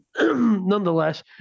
Nonetheless